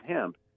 hemp